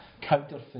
counterfeit